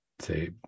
say